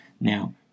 Now